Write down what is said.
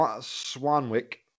Swanwick